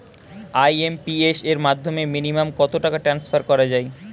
IMPS এর মাধ্যমে minimum কত টাকা ট্রান্সফার করা যায়?